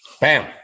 Bam